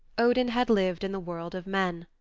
odin had lived in the world of men.